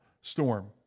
storm